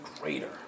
greater